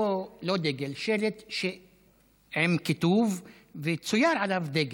לא דגל, שלט עם כיתוב שצויר עליו דגל,